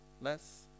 less